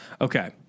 Okay